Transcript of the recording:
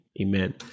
Amen